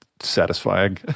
Satisfying